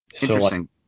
Interesting